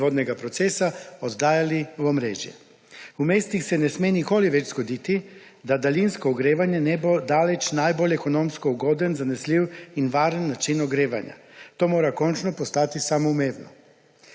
proizvodnega procesa oddajali v omrežje. V mestih se ne sme nikoli več zgoditi, da daljinsko ogrevanje ne bo daleč najbolj ekonomsko ugoden, zanesljiv in varen način ogrevanja. To mora končno postati samoumevno.